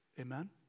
Amen